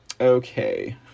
Okay